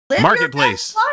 Marketplace